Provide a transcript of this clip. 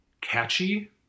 catchy